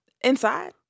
Inside